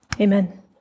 Amen